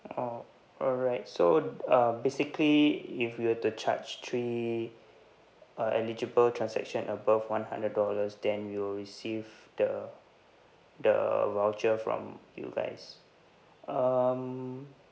oh alright so uh basically if we were to charge three uh eligible transaction above one hundred dollars then we'll receive the the voucher from you guys um